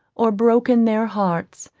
or broken their hearts,